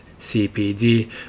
CPD